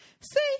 See